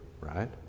right